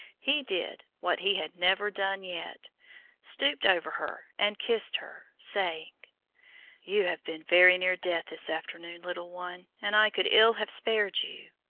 he did, what he had never done yet stooped over her and kissed her, saying you have been very near death this afternoon, little one, and i could ill have spared you.